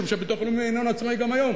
משום שהביטוח הלאומי איננו עצמאי גם היום.